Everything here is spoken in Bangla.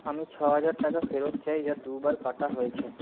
আমি ছহাজার টাকা ফেরত চাই যা দুবার কাটা হয়েছে